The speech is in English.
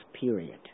period